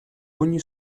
ogni